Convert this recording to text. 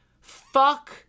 fuck